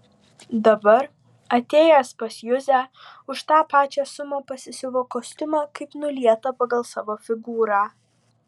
dabar atėjęs pas juzę už tą pačią sumą pasisiuvo kostiumą kaip nulietą pagal savo figūrą